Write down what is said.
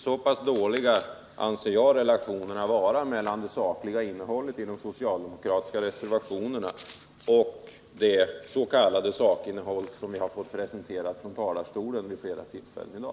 Så pass dåliga anser jag att relationerna är mellan det sakliga innehållet i de socialdemokratiska reservationerna och det s.k. sakinnehåll som har presenterats från talarstolen vid flera tillfällen i dag.